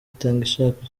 itangishaka